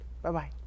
bye-bye